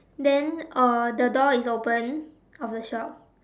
then uh the door is open of the shop